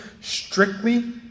strictly